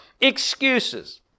excuses